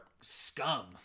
scum